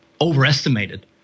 overestimated